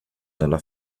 nella